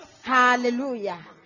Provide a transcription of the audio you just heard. Hallelujah